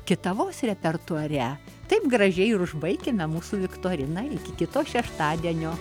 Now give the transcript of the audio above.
kitados repertuare taip gražiai ir užbaikime mūsų viktoriną iki kito šeštadienio